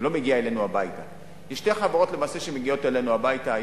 לא מגיעים אלינו הביתה.